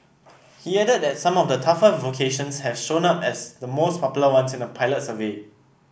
he added that some of the tougher vocations have shown up as the most popular ones in a pilot survey